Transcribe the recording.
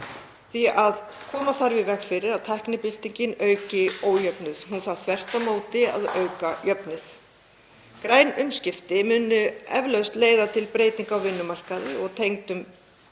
því að koma þarf í veg fyrir að tæknibyltingin auki ójöfnuð. Hún þarf þvert á móti að auka jöfnuð. Græn umskipti munu eflaust leiða til breytinga á vinnumarkaði og tegundum